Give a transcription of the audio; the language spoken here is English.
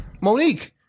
Monique